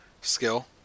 skill